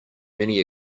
many